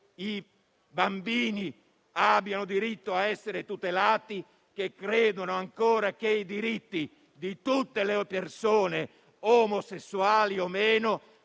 i bambini abbiano diritto a essere tutelati e che i diritti di tutte le persone, omosessuali o no,